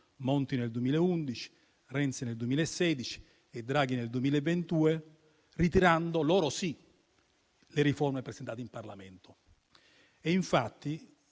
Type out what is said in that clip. Monti nel 2011, Renzi nel 2016 e Draghi nel 2022, ritirando, loro sì, le riforme presentate in Parlamento. Infatti,